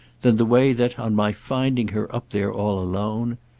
than the way that, on my finding her up there all alone,